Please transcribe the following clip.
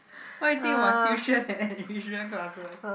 what you think about tuition and enrichment classes